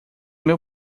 meu